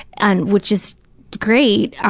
and which is great,